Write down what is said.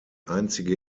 einzige